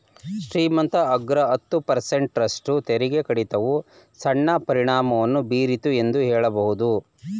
ಶ್ರೀಮಂತ ಅಗ್ರ ಹತ್ತು ಪರ್ಸೆಂಟ್ ರಷ್ಟು ತೆರಿಗೆ ಕಡಿತವು ಸಣ್ಣ ಪರಿಣಾಮವನ್ನು ಬೀರಿತು ಎಂದು ಹೇಳಬಹುದು